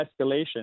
escalation